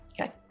Okay